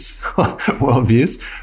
worldviews